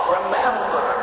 Remember